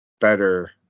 better